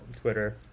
Twitter